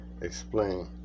explain